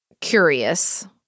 curious